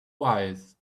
wise